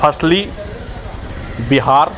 firstly Bihar